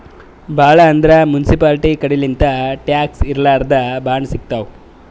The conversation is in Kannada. ಭಾಳ್ ಅಂದ್ರ ಮುನ್ಸಿಪಾಲ್ಟಿ ಕಡಿಲಿಂತ್ ಟ್ಯಾಕ್ಸ್ ಇರ್ಲಾರ್ದ್ ಬಾಂಡ್ ಸಿಗ್ತಾವ್